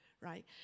right